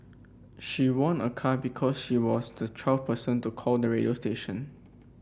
she won a car because she was the twelfth person to call the radio station